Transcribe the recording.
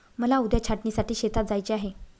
मला उद्या छाटणीसाठी शेतात जायचे आहे